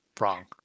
Wrong